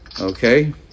okay